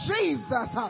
Jesus